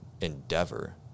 endeavor